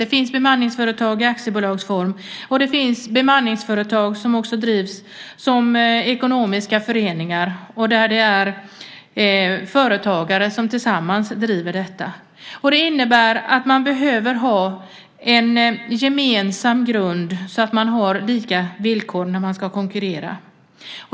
Det finns bemanningsföretag i aktiebolagsform, och det finns bemanningsföretag som också drivs som ekonomiska föreningar där företagare tillsammans driver dessa. Det innebär att man behöver ha en gemensam grund så att man har lika villkor när man ska konkurrera.